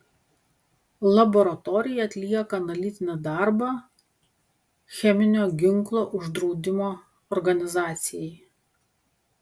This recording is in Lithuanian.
laboratorija atlieka analitinį darbą cheminio ginklo uždraudimo organizacijai